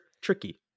tricky